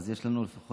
אז יש לנו לפחות,